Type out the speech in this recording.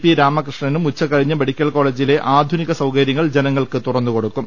P രാമകൃഷ്ണനും ഉച്ചകഴിഞ്ഞ് medical കോളജിലേ ആധുനിക സൌകരൃങ്ങൾ ജനങ്ങൾക്ക് തുറന്നുകൊടു ക്കും